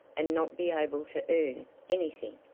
and not be able to earn any thing.